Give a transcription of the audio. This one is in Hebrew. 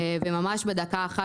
בדקה אחת,